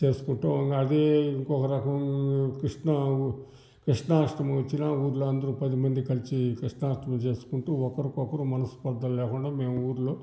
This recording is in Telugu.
చేసుకుంటాం ఇంక అదీ ఇంకొక రకం కృష్ణా కృష్ణాష్టమి వచ్చిన ఊళ్ళో అందరు పది మంది కలిసి కృష్ణాష్టమి చేసుకుంటు ఒకరికొకరు మనస్పర్థలు లేకుండా మేం ఊళ్ళో